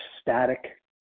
static